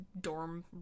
dorm